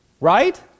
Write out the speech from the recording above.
Right